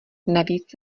navíc